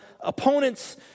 opponents